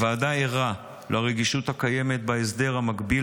הוועדה ערה לרגישות הקיימת בהסדר המגביל